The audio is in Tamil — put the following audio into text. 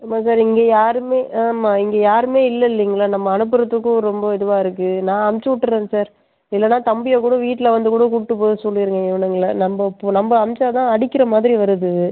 ஆமாம் சார் இங்கே யாருமே ஆமாம் இங்கே யாருமே இல்லை இல்லைங்களா நம்ம அனுப்புகிறத்துக்கும் ரொம்ப இதுவாக இருக்குது நான் அனுச்சு விட்டுறேன் சார் இல்லைனா தம்பியை கூட வீட்டில் வந்து கூட கூப்பிட்டு போக சொல்லிடுங்க இவனுங்களை நம்ம இப்போ நம்ம அனுச்சா தான் அடிக்கிற மாதிரி வருது